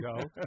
go